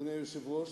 אדוני היושב-ראש,